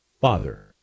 father